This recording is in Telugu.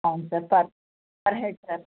అవును sir per per head sir